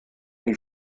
die